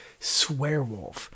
SwearWolf